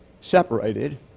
separated